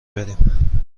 بریم